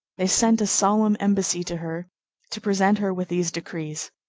they sent a solemn embassy to her to present her with these decrees.